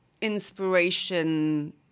inspiration